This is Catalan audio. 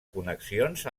connexions